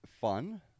fun